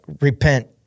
repent